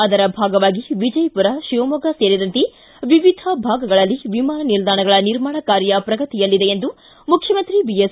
ಅದರ ಭಾಗವಾಗಿ ವಿಜಯಪುರ ಶಿವಮೊಗ್ಗ ಸೇರಿದಂತೆ ವಿವಿಧ ಭಾಗಗಳಲ್ಲಿ ವಿಮಾನ ನಿಲ್ದಾಣಗಳ ನಿರ್ಮಾಣ ಕಾರ್ಯ ಪ್ರಗತಿಯಲ್ಲಿದೆ ಎಂದು ಮುಖ್ಯಮಂತ್ರಿ ಬಿಎಸ್